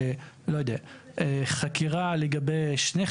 אני לא חושב שזה ייעשה עד כדי כך.